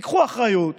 תיקחו אחריות